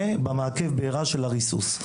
ובמעקה בעירה של הריסוס.